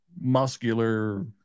muscular